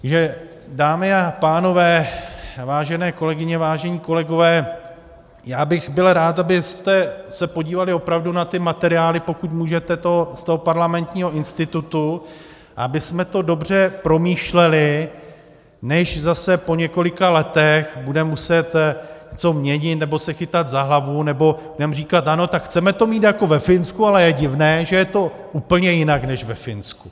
Takže vážené dámy a pánové, vážené kolegyně, vážení kolegové, já bych byl rád, abyste se podívali opravdu na ty materiály, pokud můžete, z Parlamentního institutu a abychom to dobře promýšleli, než zase po několika letech budeme muset něco měnit nebo se chytat za hlavu nebo budeme říkat ano, tak chceme to mít jako ve Finsku, ale je divné, že je to úplně jinak než ve Finsku.